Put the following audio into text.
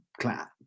clap